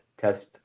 test